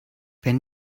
wenn